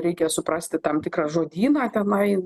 reikia suprasti tam tikrą žodyną tenai